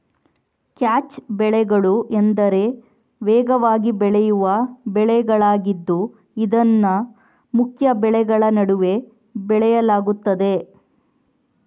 catch ಬೆಳೆಗಳು ಎಂದರೆ ವೇಗವಾಗಿ ಬೆಳೆಯುವ ಬೆಳೆಗಳಾಗಿದ್ದು ಇದನ್ನು ಮುಖ್ಯ ಬೆಳೆಗಳ ನಡುವೆ ಬೆಳೆಯಲಾಗುತ್ತದೆ